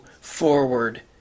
forward